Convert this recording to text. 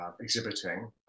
exhibiting